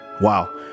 Wow